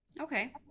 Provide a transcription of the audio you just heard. Okay